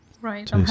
right